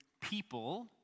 people